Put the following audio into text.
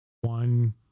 one